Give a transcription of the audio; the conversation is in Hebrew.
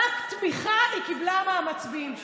רק תמיכה היא קיבלה מהמצביעים שלה.